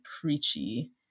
preachy